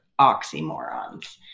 oxymorons